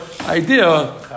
idea